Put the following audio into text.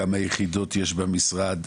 כמה יחידות יש במשרד,